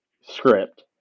script